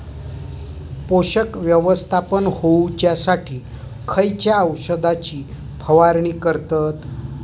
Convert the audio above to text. पोषक व्यवस्थापन होऊच्यासाठी खयच्या औषधाची फवारणी करतत?